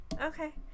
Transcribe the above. Okay